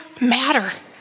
matter